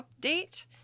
update